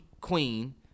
queen